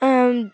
আ